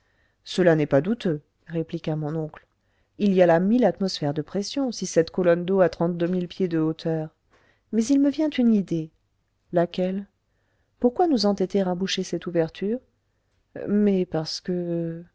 cela n'est pas douteux répliqua mon oncle il y a là mille atmosphères de pression si cette colonne d'eau a trente-deux mille pieds de hauteur mais il me vient une idée laquelle pourquoi nous entêter à boucher cette ouverture mais parce que